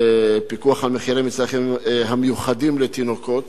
פיקוח על מצרכים המיוחדים לתינוקות,